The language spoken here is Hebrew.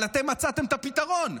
אבל אתם מצאתם את הפתרון.